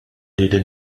lili